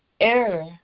Error